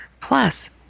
Plus